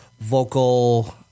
vocal